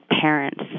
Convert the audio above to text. parents